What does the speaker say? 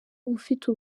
ufite